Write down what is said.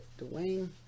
Dwayne